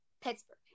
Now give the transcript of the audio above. Pittsburgh